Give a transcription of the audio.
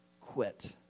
quit